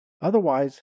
Otherwise